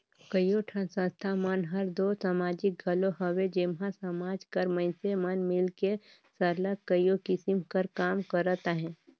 कइयो ठन संस्था मन हर दो समाजिक घलो हवे जेम्हां समाज कर मइनसे मन मिलके सरलग कइयो किसिम कर काम करत अहें